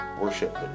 worship